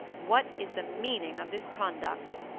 what is the meaning of this conduct?